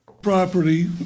Property